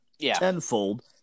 tenfold